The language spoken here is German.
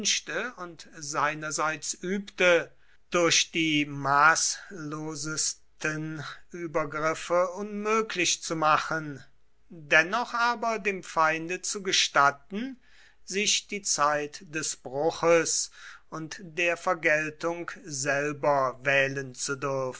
und seinerseits übte durch die maßlosesten übergriffe unmöglich zu machen dennoch aber dem feinde zu gestatten sich die zeit des bruches und der vergeltung selber wählen